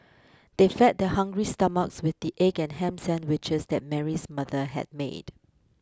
they fed their hungry stomachs with the egg and ham sandwiches that Mary's mother had made